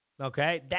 okay